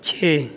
چھ